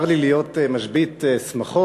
צר לי להיות משבית שמחות,